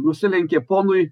nusilenkė ponui